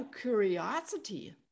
curiosity